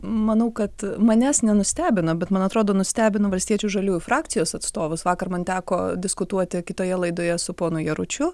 manau kad manęs nenustebino bet man atrodo nustebino valstiečių žaliųjų frakcijos atstovus vakar man teko diskutuoti kitoje laidoje su ponu jaručiu